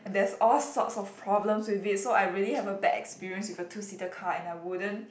there's all sorts of problems with it so I really have a bad experience with a two seater car and I wouldn't